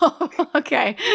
okay